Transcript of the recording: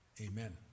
amen